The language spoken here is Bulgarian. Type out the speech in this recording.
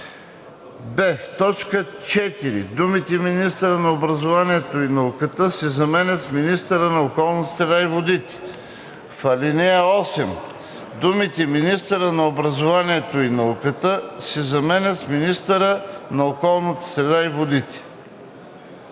б) в т. 4 думите „министъра на образованието и науката“ се заменят с „министъра на околната среда и водите“. 3. В ал. 8 думите „министъра на образованието и науката“ се заменят с „министъра на околната среда и водите“.“